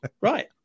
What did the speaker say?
Right